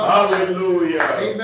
Hallelujah